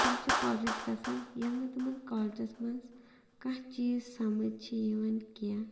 تِم چھِ کالیج گژھان ییٚلہِ نہٕ تِمَن کالجَس منٛز کانٛہہ چیٖز سَمٕجھ چھِ یِوان کیٚنٛہہ